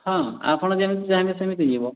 ହଁ ଆପଣ ଯେମିତି ଚାହିଁବେ ସେମିତି ଯିବ